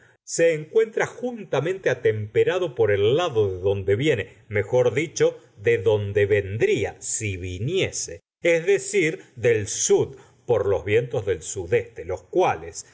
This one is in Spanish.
se encuentra juntamente atemperado por el lado de donde viene mejor dicho de donde vendría si viniese es decir del sud por los vientos del sud este los cuales